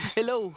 Hello